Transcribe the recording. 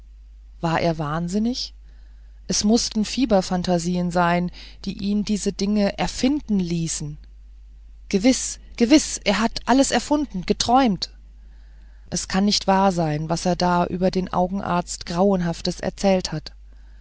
war er wahnsinnig es mußten fieberphantasien sein die ihn diese dinge erfinden ließen gewiß gewiß er hat alles erfunden geträumt es kann nicht wahr sein was er da über den augenarzt grauenhaftes erzählt hat